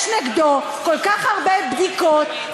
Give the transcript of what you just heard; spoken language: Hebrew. יש נגדו כל כך הרבה בדיקות,